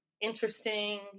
interesting